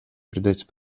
придать